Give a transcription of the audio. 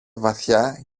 βαθιά